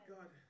God